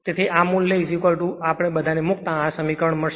તેથી આ મૂલ્ય આપણે બધાને મુક્તા આ સમીકરણ મળશે